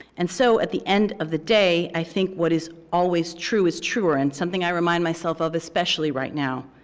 and so at the end of the day, i think what is always true is truer, and something i remind myself of especially right now,